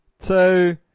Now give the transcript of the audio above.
Two